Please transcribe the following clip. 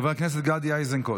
חבר הכנסת גדי איזנקוט,